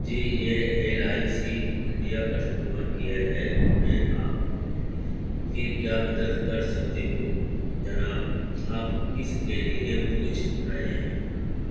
جی یہ L I C India customer care ہے میں آپ کی کیا مدد کر سکتی ہوں جناب آپ کس کے لیے پوچھ رہے ہیں